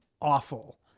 awful